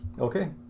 okay